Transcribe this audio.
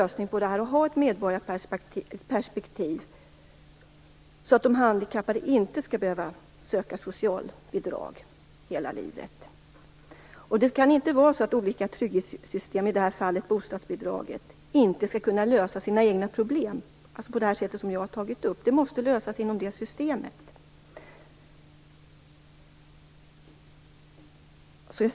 Dessutom gäller det att ha ett medborgarperspektiv. De handikappade skall inte behöva söka socialbidrag hela livet. Det kan inte vara så att olika trygghetssystem - i det här fallet gäller det bostadsbidraget - så att säga inte skall kunna lösa sina egna problem, på det sätt som jag här tagit upp. Sådant måste kunna lösas inom systemet i fråga.